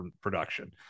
production